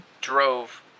drove